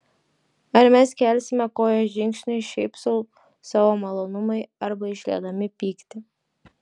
ar mes kelsime koją žingsniui šiaip sau savo malonumui arba išliedami pyktį